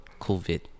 COVID